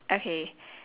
okay